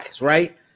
Right